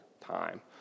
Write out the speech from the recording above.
time